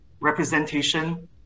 representation